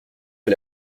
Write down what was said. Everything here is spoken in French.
que